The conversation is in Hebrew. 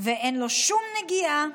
ואין לו שום נגיעה,